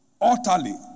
Utterly